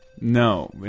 No